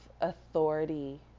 authority